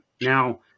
Now